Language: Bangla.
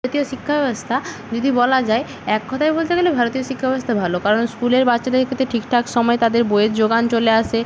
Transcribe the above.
ভারতীয় শিক্ষা ব্যবস্থা যদি বলা যায় এক কথায় বলতে গেলে ভারতীয় শিক্ষা ব্যবস্থা ভালো কারণ স্কুলের বাচ্চাদেরকে তো ঠিকঠাক সময় তাদের বইয়ের জোগান চলে আসে